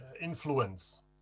influence